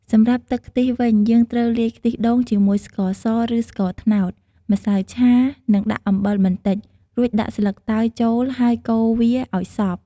សម្រាប់ទឹកខ្ទិះវិញ យើងត្រូវលាយខ្ទិះដូងជាមួយស្ករស ឬស្ករត្នោត ម្សៅឆា និងដាក់អំបិលបន្តិច រួចដាក់ស្លឹកតើយចូលហើយ កូរវាអោយសព្វ។